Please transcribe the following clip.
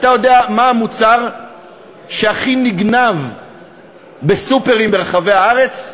האם אתה יודע מה המוצר שהכי נגנב בסופרים ברחבי הארץ?